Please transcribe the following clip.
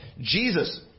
Jesus